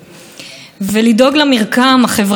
על כל קבוצות האוכלוסייה שבה.